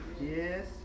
yes